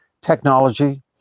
Technology